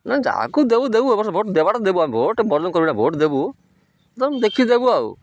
ନାଇଁ ଯାହାକୁ ଦେବୁ ଦେବୁ ଏବର୍ଷ ଭୋଟ ଦେବାଟା ଦେବୁ ଭୋଟ ବନ୍ଦ କରିବୁନା ଭୋଟ ଦେବୁ ତମ ଦେଖି ଦେବୁ ଆଉ